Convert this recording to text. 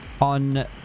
on